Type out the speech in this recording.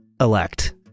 elect